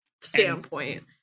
standpoint